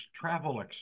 travel